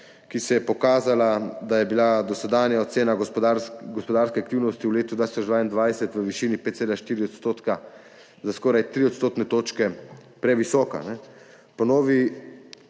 ki je pokazala, da je bila dosedanja ocena gospodarske aktivnosti v letu 2022 v višini 5,4 % za skoraj 3 odstotne točke previsoka.